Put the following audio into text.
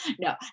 No